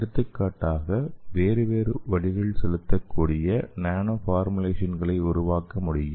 எடுத்துக்காட்டாக வேறு வேறு வழிகளில் செலுத்தக்கூடிய நானோ பார்முலேஷன்களை உருவாக்க முடியும்